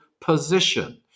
position